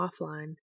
offline